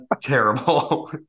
terrible